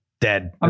dead